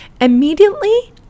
Immediately